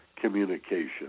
communication